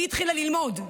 והיא התחילה ללמוד.